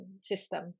system